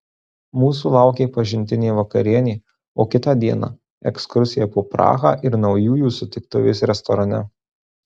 mūsų laukė pažintinė vakarienė o kitą dieną ekskursija po prahą ir naujųjų sutiktuvės restorane